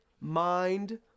Mind